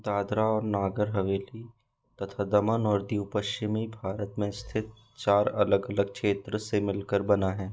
दादरा और नागर हवेली तथा दमन और दीव पश्चिमी भारत में स्थित चार अलग अलग क्षेत्रों से मिलकर बना है